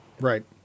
Right